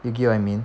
you get what I mean